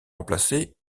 remplacés